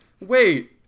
Wait